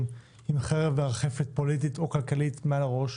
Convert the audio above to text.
עם חרב פוליטית או כלכלית מרחפת מעל הראש,